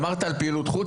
אמרת שעל פעילות חוץ,